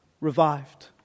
revived